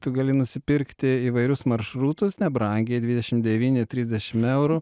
tu gali nusipirkti įvairius maršrutus nebrangiai dvidešim devyni trisdešim eurų